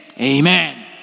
Amen